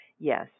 Yes